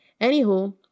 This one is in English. Anywho